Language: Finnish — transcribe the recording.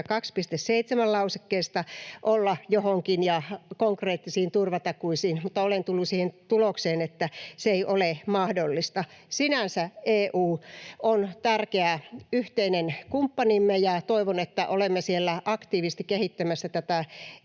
42.7 lausekkeesta olla johonkin, konkreettisiin turvatakuisiin, mutta olen tullut siihen tulokseen, että se ei ole mahdollista. Sinänsä EU on tärkeä yhteinen kumppanimme, ja toivon, että olemme siellä aktiivisesti kehittämässä tätä